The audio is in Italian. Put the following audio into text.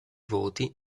voti